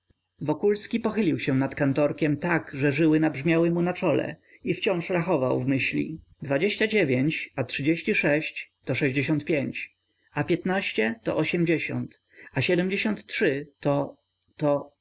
wokulski pochylił się nad kantorkiem tak że żyły nabrzmiały mu na czole i wciąż rachował w myśli dwadzieścia dziewięć a trzydzieści sześć to sześćdziesiąt pięć a piętnaście to ośmdziesiąt a siedmdziesiąt trzy to to